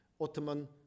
Ottoman